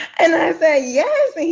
and i said, yes.